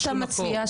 אז מה אתה מציע שנעשה?